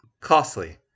Costly